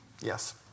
Yes